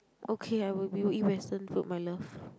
okay I will we will eat Western food my love